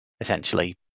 essentially